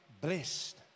blessed